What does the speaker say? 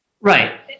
Right